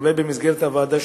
אולי במסגרת הוועדה,